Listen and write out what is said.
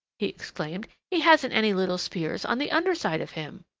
he exclaimed. he hasn't any little spears on the under side of him!